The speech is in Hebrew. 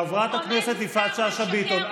חברת הכנסת יפעת שאשא ביטון,